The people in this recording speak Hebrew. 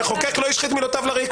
המחוקק לא השחית מילותיו לריק.